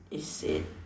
is said